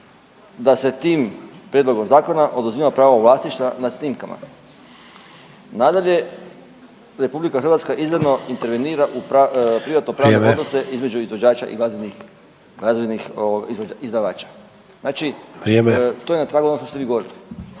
da se tim prijedlogom zakona oduzima pravo vlasništva nad snimkama. Nadalje, RH izdano intervenira u privatno pravne odnose između izvođača i glazbenih, glazbenih izdavača. Znači to je na tragu onog što ste vi govorili